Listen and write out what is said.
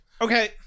Okay